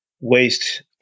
waste